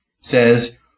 says